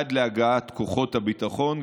עד להגעת כוחות הביטחון.